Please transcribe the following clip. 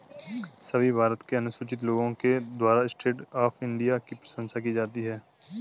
सभी भारत के अनुसूचित लोगों के द्वारा स्टैण्ड अप इंडिया की प्रशंसा की जाती है